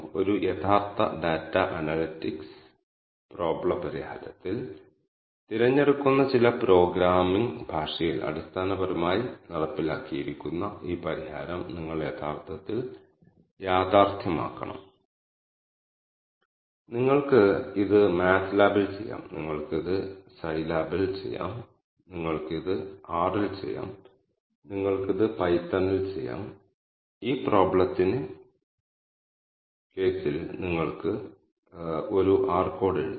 അതിനാൽ ഈ അനാലിസിസ് നടത്താനുംനേരിടുന്ന പ്രോബ്ളത്തിനു അനുസരിച്ച് ഈ ക്ലസ്റ്ററുകളെ അർത്ഥവത്തായ വിവരങ്ങളാക്കി മാറ്റാനും ആഗ്രഹിക്കുന്ന ആളുകളെ ഈ വിവരങ്ങൾ തീർച്ചയായും സഹായിക്കും